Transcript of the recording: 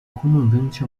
comandante